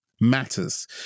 matters